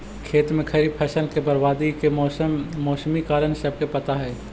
खेत में खड़ी फसल के बर्बादी के मौसमी कारण सबके पता हइ